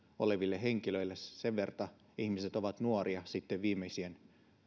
oleville henkilöille sen verran ihmiset ovat nuoria syntyneet sitten viimeisien